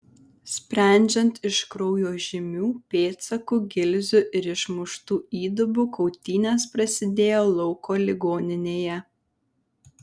sprendžiant iš kraujo žymių pėdsakų gilzių ir išmuštų įdubų kautynės prasidėjo lauko ligoninėje